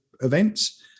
events